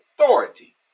authority